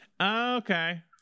okay